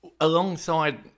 alongside